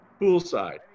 poolside